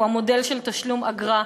הוא המודל של תשלום אגרה.